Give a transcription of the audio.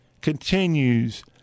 continues